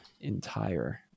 entire